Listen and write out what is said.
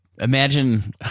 imagine